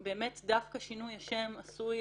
אחרות שבהן שינוי השם עשוי